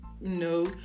no